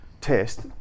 test